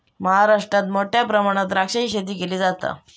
महाराष्ट्रात मोठ्या प्रमाणात द्राक्षाची शेती केली जाता